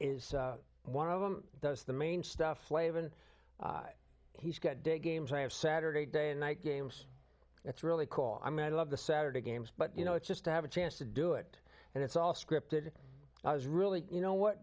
is one of them those the main stuff flavin he's got day games i have saturday day and night games that's really cool i'm going to love the saturday games but you know it's just to have a chance to do it and it's all scripted i was really you know what